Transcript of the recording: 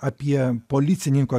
ne apie policininko